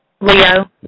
Leo